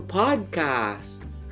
podcasts